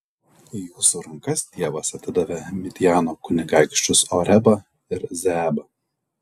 į jūsų rankas dievas atidavė midjano kunigaikščius orebą ir zeebą